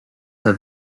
have